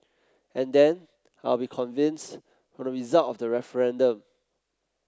and then I will be convinced from the result of that referendum